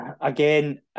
again